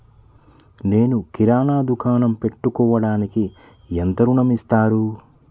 నేను కిరాణా దుకాణం పెట్టుకోడానికి ఎంత ఋణం ఇస్తారు?